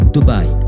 Dubai